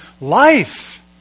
life